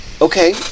Okay